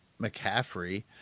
McCaffrey